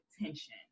attention